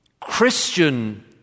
Christian